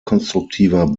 konstruktiver